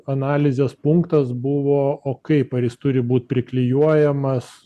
analizės punktas buvo o kaip ar jis turi būt priklijuojamas